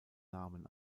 namen